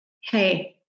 Hey